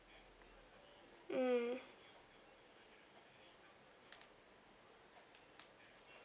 mm